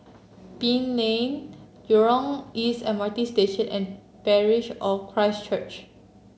Pine Lane Jurong East M R T Station and Parish of Christ Church